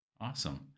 awesome